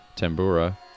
tambura